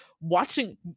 Watching